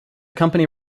company